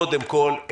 קודם כול,